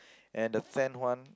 and the tenth one